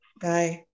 Bye